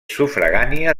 sufragània